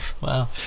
Wow